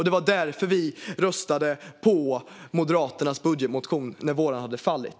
Det var därför vi röstade på Moderaternas budgetmotion när vår egen hade fallit.